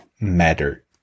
matter